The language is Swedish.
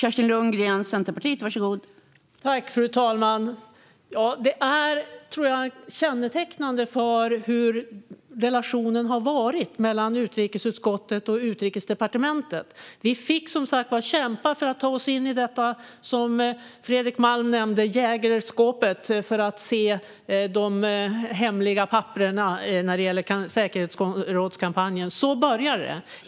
Fru talman! Detta är kännetecknande för hur relationen har varit mellan utrikesutskottet och Utrikesdepartementet. Som Fredrik Malm nämnde fick vi kämpa för att ta oss in i Jägerskåpet och se de hemliga papperen om säkerhetsrådskampanjen. Så började det.